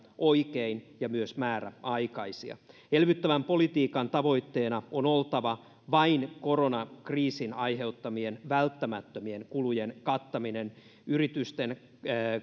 oikein ajoitettuja ja myös määräaikaisia elvyttävän politiikan tavoitteena on oltava vain koronakriisin aiheuttamien välttämättömien kulujen kattaminen yritysten